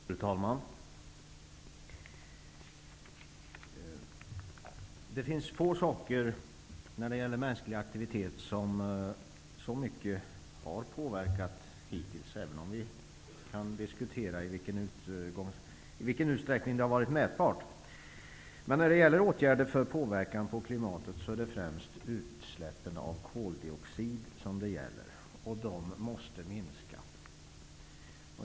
Fru talman! Det finns få saker till följd av mänsklig aktivitet som hittills har påverkat klimatet så mycket som utsläppen av koldioxid, även om vi kan diskutera i vilken utsträckning det har varit mätbart. De måste minska.